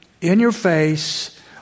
in-your-face